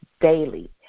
daily